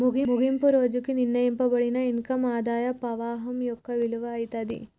ముగింపు రోజుకి నిర్ణయింపబడిన ఇన్కమ్ ఆదాయ పవాహం యొక్క విలువ అయితాది